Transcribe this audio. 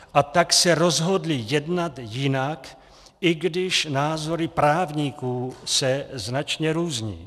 A tak se rozhodli jednat jinak, i když názory právníků se značně různí.